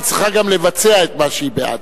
היא צריכה גם לבצע את מה שהיא בעדו.